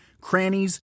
crannies